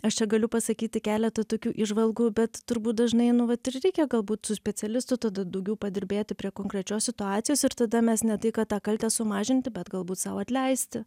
aš čia galiu pasakyti keletą tokių įžvalgų bet turbūt dažnai nu vat ir reikia galbūt su specialistu tada daugiau padirbėti prie konkrečios situacijos ir tada mes ne tai kad tą kaltę sumažinti bet galbūt sau atleisti